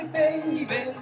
baby